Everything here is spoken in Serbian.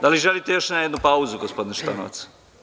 Da li želite na još jednu pauzu, gospodine Šutanovac?